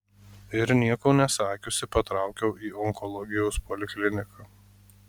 ir nieko nesakiusi patraukiau į onkologijos polikliniką